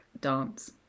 dance